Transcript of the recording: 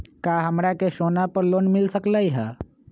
का हमरा के सोना पर लोन मिल सकलई ह?